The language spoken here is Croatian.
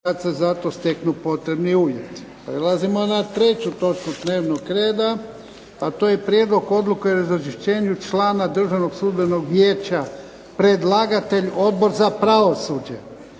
Prelazimo na treću točku dnevnog reda - Prijedlog odluke o razrješenju člana Državnog sudbenog vijeća Predlagatelj: Odbor za pravosuđe